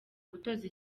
gutoza